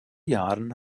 jahren